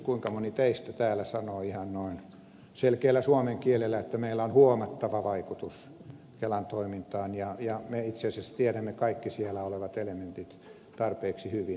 kuinka moni teistä täällä sanoo ihan noin selkeällä suomen kielellä että meillä on huomattava vaikutus kelan toimintaan ja me itse asiassa tiedämme kaikki siellä olevat elementit tarpeeksi hyvin